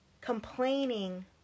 complaining